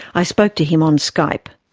i spoke to him on skype.